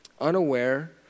unaware